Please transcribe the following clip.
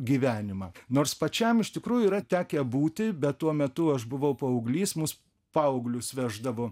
gyvenimą nors pačiam iš tikrųjų yra tekę būti bet tuo metu aš buvau paauglys mus paauglius veždavo